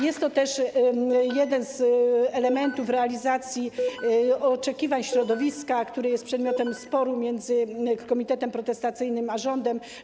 Jest to też jeden z elementów realizacji oczekiwań środowiska, który jest przedmiotem sporu między komitetem protestacyjnym a rządem.